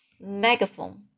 megaphone